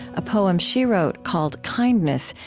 a poem she wrote, called kindness,